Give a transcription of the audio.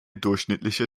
durchschnittliche